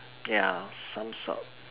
ya some sort